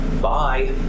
bye